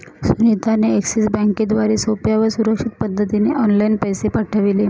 सुनीता ने एक्सिस बँकेद्वारे सोप्या व सुरक्षित पद्धतीने ऑनलाइन पैसे पाठविले